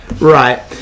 Right